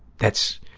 that's,